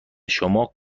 شما